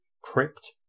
Crypt